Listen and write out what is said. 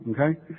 Okay